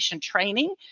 training